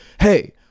hey